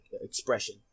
expression